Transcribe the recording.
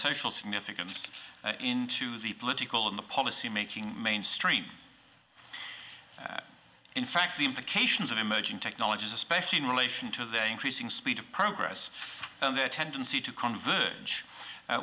social significance into the political and the policymaking mainstream in fact the implications of emerging technologies especially in relation to the increasing speed of progress and their tendency to converge